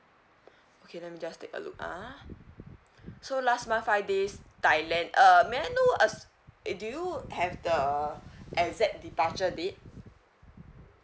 okay let me just take a look ah so last month five days thailand uh may I know ask eh do you have the exact departure date